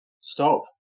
Stop